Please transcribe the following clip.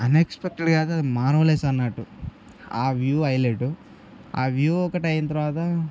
unexpected కాదు marvellous అన్నట్టు ఆ వ్యూ హైలెట్ ఆ వ్యూ ఒకటి అయిన తర్వాత